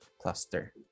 Cluster